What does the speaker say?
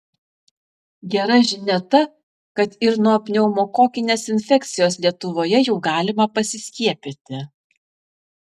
gera žinia ta kad ir nuo pneumokokinės infekcijos lietuvoje jau galima pasiskiepyti